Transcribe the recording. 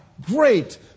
great